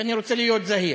כי אני רוצה להיות זהיר.